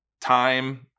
Time